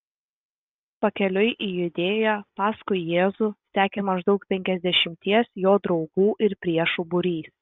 pakeliui į judėją paskui jėzų sekė maždaug penkiasdešimties jo draugų ir priešų būrys